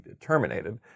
terminated